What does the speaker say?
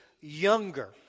younger